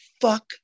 fuck